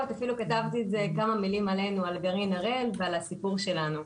כתבתי כמה מילים על גרעין הראל ועל הסיפור שלנו.